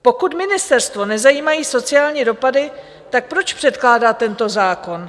Pokud ministerstvo nezajímají sociální dopady, tak proč předkládá tento zákon?